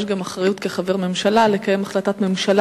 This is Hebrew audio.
יש גם אחריות כחבר ממשלה לקיים החלטת ממשלה